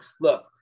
look